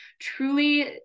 truly